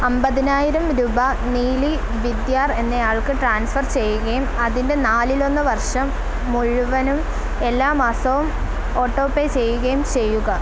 അമ്പതിനായിരം രൂപ നീലി വിദ്യാർ എന്നയാൾക്ക് ട്രാൻസ്ഫർ ചെയ്യുകയും അതിൻ്റെ നാലിൽ ഒന്ന് വർഷം മുഴുവനും എല്ലാ മാസവും ഓട്ടോപേ ചെയ്യുകയും ചെയ്യുക